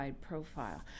profile